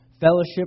Fellowship